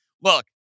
Look